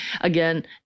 again